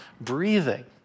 breathing